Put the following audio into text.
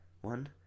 one